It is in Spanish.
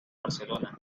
barcelona